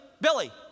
Billy